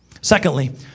Secondly